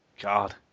God